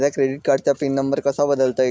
माझ्या क्रेडिट कार्डचा pin number कसा बदलता येईल?